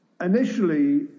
initially